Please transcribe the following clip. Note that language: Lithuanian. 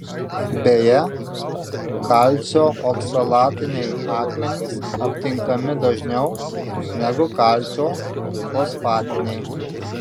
beje kalcio oksalatiniai akmenys aptinkami dažniau negu kalcio fosfatiniai